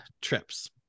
trips